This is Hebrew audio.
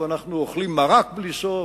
ואנחנו אוכלים מרק בלי סוף,